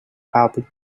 helping